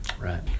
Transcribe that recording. right